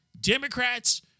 Democrats